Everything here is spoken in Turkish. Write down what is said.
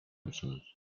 musunuz